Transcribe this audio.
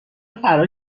فرار